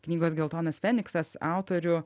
knygos geltonas feniksas autorių